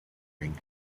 ring